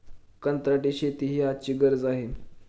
कंत्राटी शेती ही आजची गरज आहे